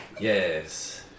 Yes